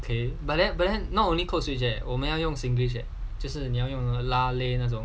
okay but then but then not only code switch eh 我们要用 singlish eh 就是你要用 lah leh 那种